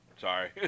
Sorry